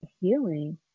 healing